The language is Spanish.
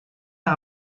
las